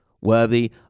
worthy